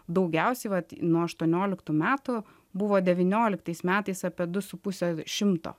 daugiausiai vat nuo aštuonioliktų metų buvo devynioliktais metais apie du su puse šimto